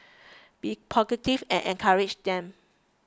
be positive and encourage them